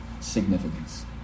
Significance